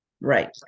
Right